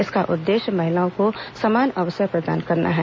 इसका उद्देश्य महिलाओं को समान अवसर प्रदान करना है